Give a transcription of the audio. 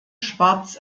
schwarz